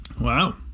wow